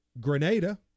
Grenada